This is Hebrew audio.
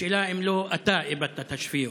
השאלה היא אם לא אתה איבדת את השפיות.